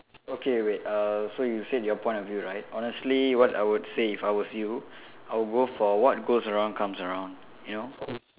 okay wait uh so you said your point of view right honestly what I would say if I was you I will go for what goes around comes around you know